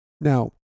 Now